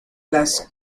las